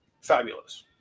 fabulous